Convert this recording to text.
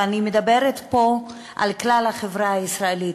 ואני מדברת פה על כלל החברה הישראלית.